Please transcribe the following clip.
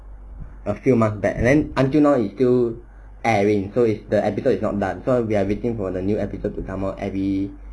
a few months back then until now it still airing so because it's not done so we are waiting for the new episode to come out every